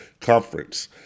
conference